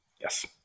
Yes